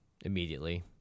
immediately